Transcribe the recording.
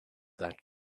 that